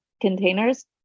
containers